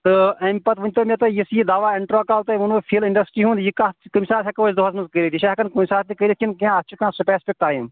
تہٕ اَمہِ پَتہٕ ؤنۍ تو مےٚ تُہۍ یُس یہِ دوا اینٹروکال تۄہہِ ووٚنو فِل انڈسٹری ہُند یہِ کَتھ کَمہِ ساتہٕ ہیٚکو أسۍ دۄہس منٛز کٔرتھ یہِ چھا ہیٚکان کُنہِ تہِ ساتہٕ کٔرِتھ کِنہٕ اتھ چھُ کانہہ سِپیسفِک ٹایم